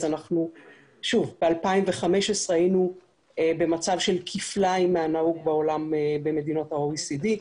ב-2015 היינו במצב של כפליים מהנהוג בעולם במדינות ה-OECD.